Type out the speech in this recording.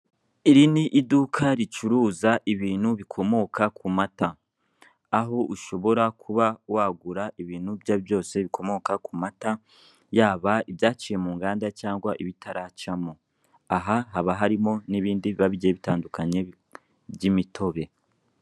Iri ni iduka ricuruza ibintu bikomoka ku mata. Aho ushobora kuba wagura ibintu ibyo ari byo byose bikomoka ku mata, yaba ibyaciye mu nganda cyangwa ibitaracamo. Aha haba harimo n'ibindi biba bigiye bitandukanye, by'imitobe.